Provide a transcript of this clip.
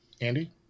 Andy